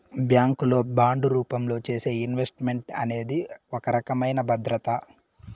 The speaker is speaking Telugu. బ్యాంక్ లో బాండు రూపంలో చేసే ఇన్వెస్ట్ మెంట్ అనేది ఒక రకమైన భద్రత